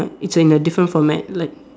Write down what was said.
it's like in a different format like